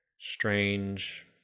strange